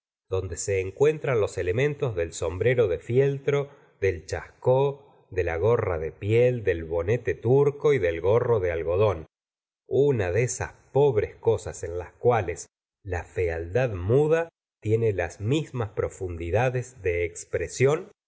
donde se encuentran los elementos del sombrero de fieltro del chascó de la gorra de piel del bonete turco y del gorro de algodón una de esas pobres cosas en las cuales la fealdad muda tiene las mismas profundidades de expresión